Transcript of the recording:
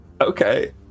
Okay